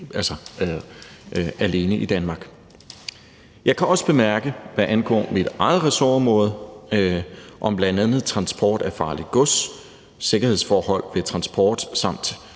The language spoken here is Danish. alene i Danmark. Jeg kan også bemærke, hvad angår mit eget ressortområde, om bl.a. transport af farligt gods, sikkerhedsforhold ved transport samt